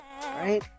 right